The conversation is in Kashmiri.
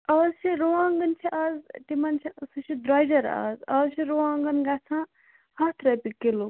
از چھِ رُواںٛگن چھِ از تِمن چھُ سُہ چھُ درۄجَر از از چھِ رُوانٛگن گَژھان ہَتھ رۄپیہِ کِلو